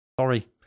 sorry